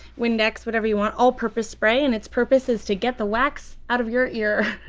windex, whatever you want. all-purpose spray and its purpose is to get the wax out of your ear.